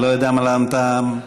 אני לא יודע למה אתה ממעיט.